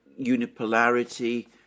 unipolarity